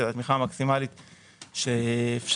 התמיכה המקסימלית שאפשרית.